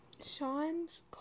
Sean's